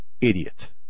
idiot